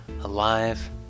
alive